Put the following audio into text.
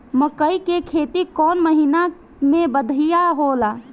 मकई के खेती कौन महीना में बढ़िया होला?